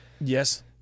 Yes